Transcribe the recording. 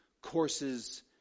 courses